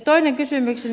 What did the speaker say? toinen kysymykseni